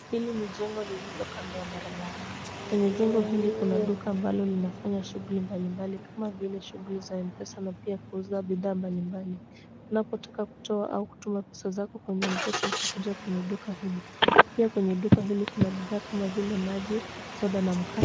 Hili ni jengo lililo kando ya barabara. Kwenye jengo hili kuna duka ambalo linafanya shughuli mbalimbali kama vile shughuli za Mpesa na pia kuuza bidhaa mbalimbali. Unapotaka kutoa au kutuma pesa zako kwenye Mpesa utakuja kwenye duka hili. Pia kwenye duka hili kuna bidhaa kama vile maji, soda na mkate.